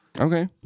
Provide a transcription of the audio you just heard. Okay